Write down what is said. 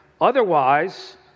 otherwise